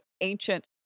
ancient